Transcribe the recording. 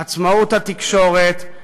עצמאות התקשורת,